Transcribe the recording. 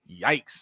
Yikes